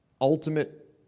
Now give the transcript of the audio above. ultimate